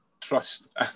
trust